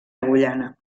agullana